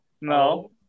No